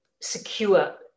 secure